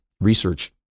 research